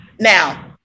Now